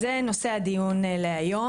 זה נושא הדיון להיום,